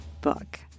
book